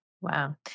Wow